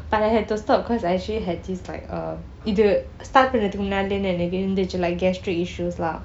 but I had to stop cause I actually had this like uh இது:ithu start பன்றதற்கு முன்னாடி லே எனக்கு இருந்தச்சு:panratharku munnadi lei enakku irunthachu like gastric issues lah